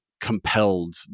compelled